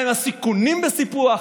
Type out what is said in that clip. מהם הסיכונים בסיפוח,